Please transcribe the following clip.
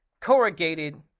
corrugated